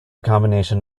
combination